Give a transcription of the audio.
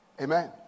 amen